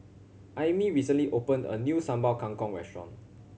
Aimee recently opened a new Sambal Kangkong restaurant